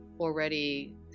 already